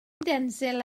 denzil